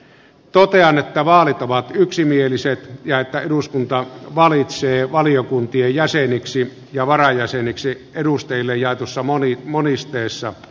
totean että vaali on yksimielinen ja että eduskunta valitsee euroopan neuvoston suomen valtuuskunnan jäseniksi ja varajäseniksi seuraavat edustajat